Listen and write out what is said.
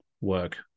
work